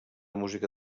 música